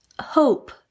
Hope